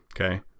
Okay